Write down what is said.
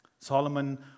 Solomon